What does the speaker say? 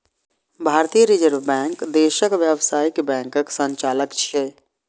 भारतीय reserve bank देशक व्यावसायिक बैंकक संचालक छियै